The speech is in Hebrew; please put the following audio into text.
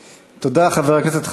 תודה, חבר הכנסת חנין.